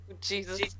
Jesus